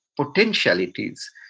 potentialities